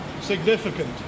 significant